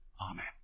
Amen